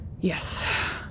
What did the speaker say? Yes